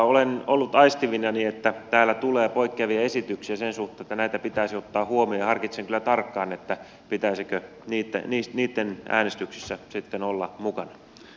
olen ollut aistivinani että täällä tulee poikkeavia esityksiä sen suhteen että näitä pitäisi ottaa huomioon ja harkitsen kyllä tarkkaan pitäisikö niissä äänestyksissä sitten olla mukana